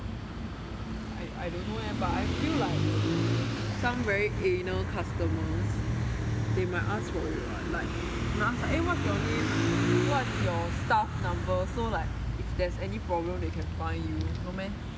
I I don't know leh but I feel like some very anal customers they might ask for you it [what] eh what's your name what's your staff number so like if there's any problem they can find you know meh